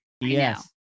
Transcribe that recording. yes